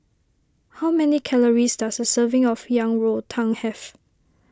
how many calories does a serving of Yang Rou Tang have